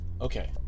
Okay